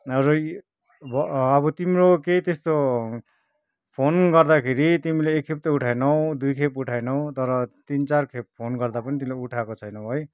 र अब तिम्रो केही त्यस्तो फोन गर्दाखेरि तिमीले एक खेप त उठाएनौ दुई खेप उठाएनौ तर तिन चार खेप फोन गर्दा पनि तिमीले उठाएको छैनौ है